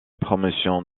promotion